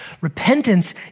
Repentance